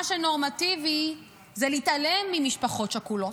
שנורמטיבי הוא להתעלם ממשפחות שכולות,